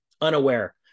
unaware